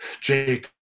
Jake